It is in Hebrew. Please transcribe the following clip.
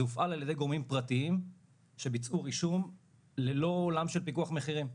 זה הופעל על ידי גורמים פרטיים שביצעו רישום ללא עולם של פיקוח מחירים.